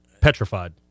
petrified